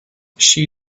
she